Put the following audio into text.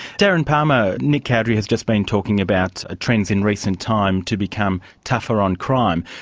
darren palmer, nick cowdery has just been talking about ah trends in recent time to become tougher on crime,